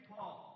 Paul